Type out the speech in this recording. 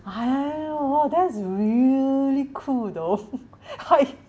well !wow! that's really cool though I